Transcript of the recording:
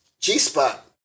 G-spot